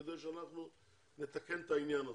כדי שאנחנו נתקן את העניין הזה,